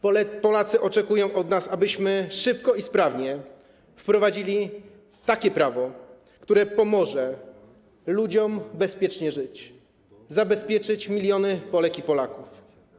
Polacy oczekują od nas, abyśmy szybko i sprawnie wprowadzili takie prawo, które pomoże ludziom bezpiecznie żyć, zabezpieczyć miliony Polek i Polaków.